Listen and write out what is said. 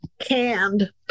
canned